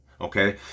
okay